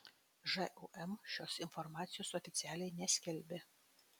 žūm šios informacijos oficialiai neskelbia